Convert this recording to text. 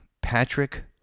Patrick